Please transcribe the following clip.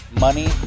money